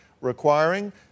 requiring